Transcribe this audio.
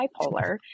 bipolar